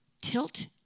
Tilt